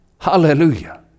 Hallelujah